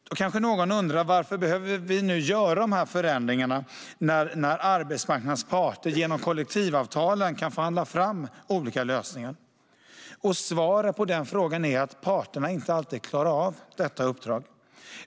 Någon kanske undrar varför vi behöver göra dessa förändringar när arbetsmarknadens parter genom kollektivavtalen kan förhandla fram olika lösningar. Svaret på frågan är att parterna inte alltid klarar av detta uppdrag.